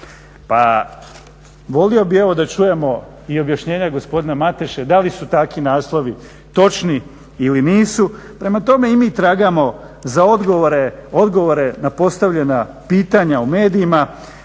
Pa volio bih evo da čujemo i objašnjenje gospodina Mateše, da li su takvi naslovi točni ili nisu, prema tome i mi tragamo za odgovore na postavljena pitanja u medijima